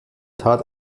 tat